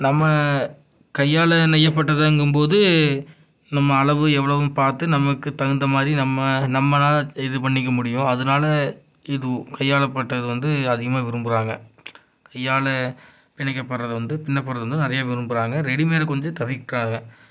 நம்ம கையால் நெய்யப்பட்டதுங்கும்போது நம்ம அளவு எவ்வளவுன்னு பார்த்து நமக்கு தகுந்த மாதிரி நம்ம நம்மளால் இது பண்ணிக்க முடியும் அதனால இது கையாளப்பட்டது வந்து அதிகமாக விரும்புகிறாங்க கையால் இணைக்கப்பட்றது வந்து பின்னப்படுறது வந்து நிறையா விரும்புகிறாங்க ரெடிமேட் கொஞ்சம் தவிர்க்கிறாங்க